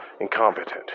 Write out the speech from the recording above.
incompetent